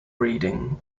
breeding